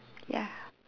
ya